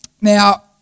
now